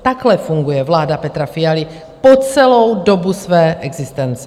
Takhle funguje vláda Petra Fialy po celou dobu své existence.